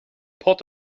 port